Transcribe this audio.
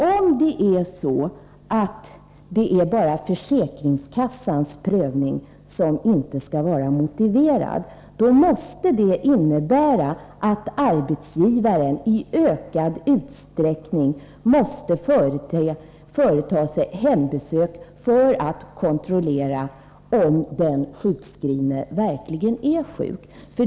Om det är försäkringskassans prövning som inte anses motiverad, då innebär det att arbetsgivaren i ökad utsträckning måste företa hembesök för att kontrollera om den sjukskrivne verkligen är sjuk.